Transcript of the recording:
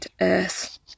earth